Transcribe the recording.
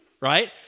right